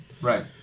Right